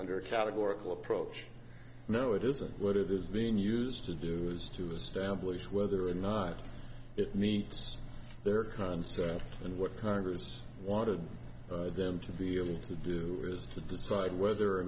under a categorical approach no it isn't what it is being used to do is to establish whether or not it meets their concept and what congress wanted them to the able to do is to decide whether or